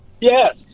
Yes